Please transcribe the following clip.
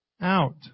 out